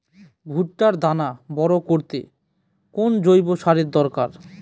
ভুট্টার দানা বড় করতে কোন জৈব সারের দরকার?